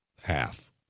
half